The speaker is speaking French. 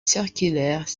circulaire